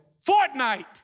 fortnight